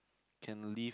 can leave